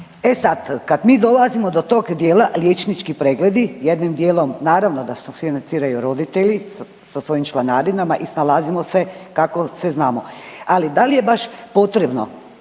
E sad, kad mi dolazimo do tog dijela liječnički pregledi jednim dijelom naravno da financiraju roditelji sa svojim članarinama i snalazimo se kako se znamo. Ali da li je baš potrebno,